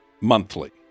Monthly